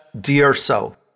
D-U-R-S-O